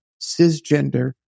cisgender